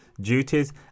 duties